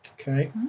Okay